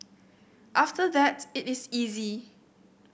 after that it is easy